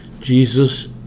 Jesus